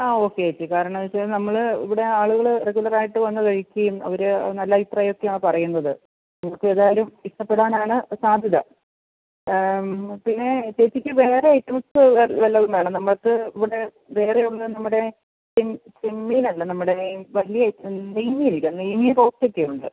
ആ okay okay കാരണമെന്ന് വച്ചാൽ നമ്മൾ ഇവിടെ ആളുകൾ റെഗുലർ ആയിട്ട് വന്ന് കഴിക്കുകയും അവർ നല്ല അഭിപ്രായമൊക്കെയാണ് പറയുന്നത് നിങ്ങൾക്ക് ഏതായാലും ഇഷ്ടപ്പെടാനാണ് സാധ്യത ആഹ് പിന്നെ ചേച്ചിക്ക് വേറെ ഐറ്റംസ് വല്ലതും വേണോ നമുക്ക് ഇവിടെ വേറെ ഒന്ന് നമ്മുടെ ചെമ്മീനല്ല നമ്മുടെ വലിയ നെയ്മീൻ ഇല്ലേ നെയ്മീൻ റോസ്റ്റൊക്കെയുണ്ട്